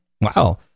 Wow